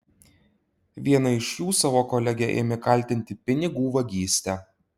viena iš jų savo kolegę ėmė kaltinti pinigų vagyste